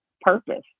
purpose